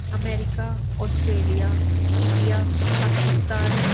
America Australia India Pakistan